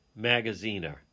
Magaziner